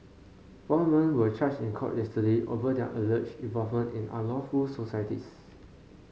four men were charged in court yesterday over their alleged involvement in unlawful societies